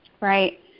Right